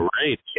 Right